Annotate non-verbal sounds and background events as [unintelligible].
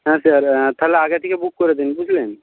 হ্যাঁ [unintelligible] তাহলে আগে থেকে বুক করে দিন বুঝলেন